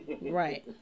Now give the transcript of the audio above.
Right